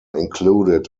included